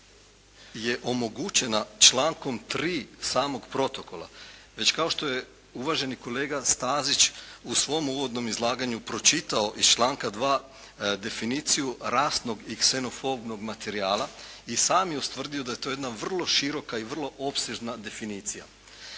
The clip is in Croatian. je omogućena člankom 3. samog protokola. Već kao što je uvaženi kolega Stazić u svom uvodnom izlaganju pročitao iz članka 2. definiciju rasnog i ksenofobnog materijala i sam je ustvrdio da je to jedna vrlo široka i vrlo opsežna definicija.